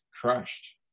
crushed